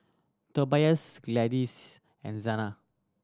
Tobias Gladyce and Zana